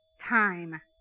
time